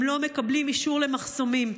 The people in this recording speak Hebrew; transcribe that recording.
הם לא מקבלים אישור למחסומים.